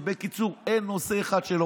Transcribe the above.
מעצרים)